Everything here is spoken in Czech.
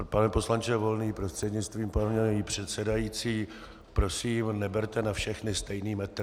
Pane poslanče Volný, prostřednictvím paní předsedající, prosím, neberte na všechny stejný metr.